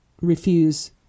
refuse